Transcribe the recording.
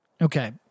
Okay